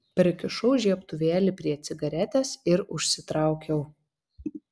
prikišau žiebtuvėlį prie cigaretės ir užsitraukiau